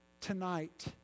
Tonight